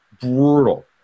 brutal